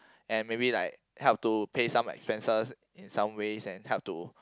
and maybe like help to pay some expenses in some ways and help to